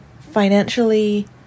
financially